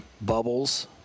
bubbles